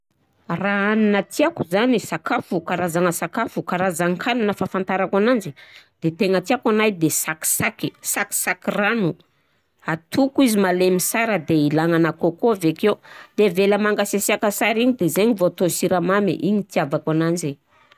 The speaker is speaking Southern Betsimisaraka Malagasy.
Raha hanina tiako zany, sakafo, karazagna sakafo, karazan-kanina fahafantarako ananjy, de tegna tiako anahy de: sakisaky, sakisaky rano, atoko izy halemy sara de ilagnana coco avekeo, de avela mangasiasiaka sara igny de zegny vao atao siramamy, igny itiavako ananjy.